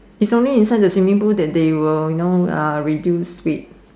is only inside the swimming pool that they will you know uh reduce speed